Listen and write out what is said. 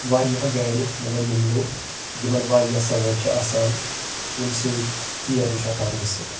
واریاہ گاڑِ مگر یِم لوٗ یِمن واریاہ سوأرۍ چھ آسان ییٚمہِ سۭتۍ ژیر تہِ چھُ ہٮ۪کان گٔژھِتھ